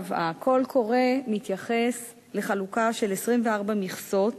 הקול קורא מתייחס לחלוקה של 24 מכסות